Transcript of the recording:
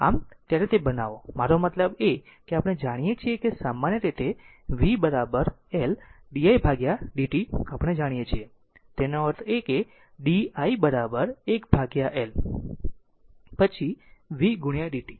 આમ જ્યારે તે બનાવો મારો મતલબ કે આપણે જાણીએ છીએ કે સામાન્ય રીતે v L di ભાગ્યા dt આપણે જાણીએ છીએ તેનો અર્થ છે di di 1L પછી v dt